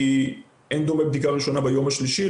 כי אין דומה בדיקה ראשונה ביום ה-3,